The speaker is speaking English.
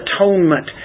atonement